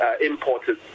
imported